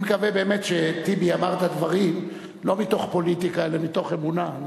אני מקווה באמת שטיבי אמר את הדברים לא מתוך פוליטיקה אלא מתוך אמונה.